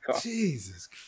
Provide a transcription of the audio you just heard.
Jesus